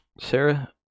Sarah